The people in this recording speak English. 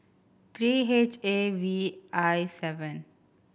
three H A V I seven